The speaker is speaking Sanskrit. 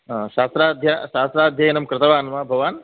हा शास्त्राद्य शास्त्राध्ययनं कृतवान् वा भवान्